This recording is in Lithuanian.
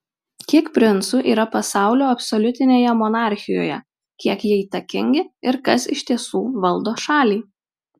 kiek princų yra pasaulio absoliutinėje monarchijoje kiek jie įtakingi ir kas iš tiesų valdo šalį